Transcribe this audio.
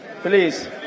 Please